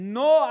no